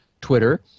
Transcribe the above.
Twitter